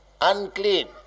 unclean